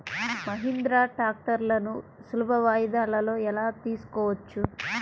మహీంద్రా ట్రాక్టర్లను సులభ వాయిదాలలో ఎలా తీసుకోవచ్చు?